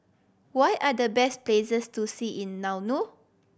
what are the best places to see in Nauru